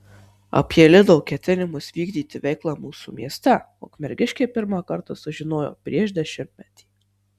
apie lidl ketinimus vykdyti veiklą mūsų mieste ukmergiškiai pirmą kartą sužinojo prieš dešimtmetį